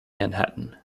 manhattan